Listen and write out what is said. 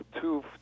two